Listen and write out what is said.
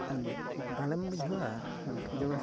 ᱟᱢ ᱫᱟᱲᱮᱢ ᱵᱩᱡᱷᱟᱹᱣᱟ ᱡᱮᱢᱚᱱ